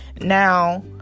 Now